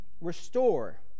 restore